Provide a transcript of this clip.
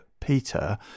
peter